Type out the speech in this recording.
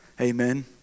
amen